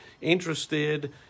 interested